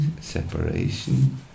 separation